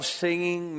singing